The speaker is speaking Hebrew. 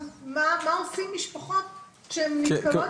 מה עושות משפחות שנתקלות